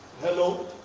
Hello